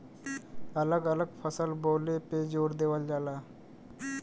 अलग अलग फसल बोले पे जोर देवल जाला